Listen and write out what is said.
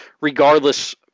regardless